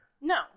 No